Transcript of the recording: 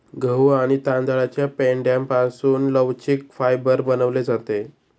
गहू आणि तांदळाच्या पेंढ्यापासून लवचिक फायबर बनवले जाते